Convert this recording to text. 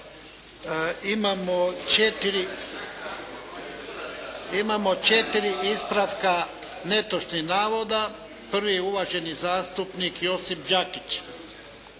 imamo četiri ispravka netočnih navoda. Prvi je uvaženi zastupnik Josip Đakić.